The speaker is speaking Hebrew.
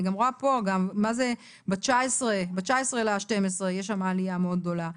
אני רואה ב-19 בדצמבר יש עלייה מאוד גדולה.